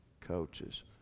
coaches